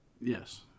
yes